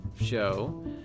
show